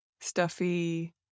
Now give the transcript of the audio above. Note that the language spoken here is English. stuffy